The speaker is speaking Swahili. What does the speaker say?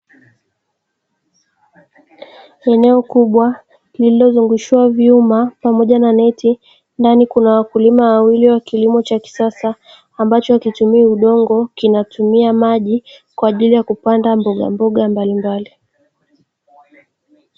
Eneo kubwa lililozungushiwa vyuma pamoja na neti, ndani kuna wakulima wawili wa kilimo cha kisasa, ambacho hakitumii udongo kinatumia maji, kwa ajili ya kupanda mbogamboga mbalimbali.